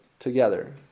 Together